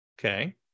Okay